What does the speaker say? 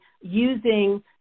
using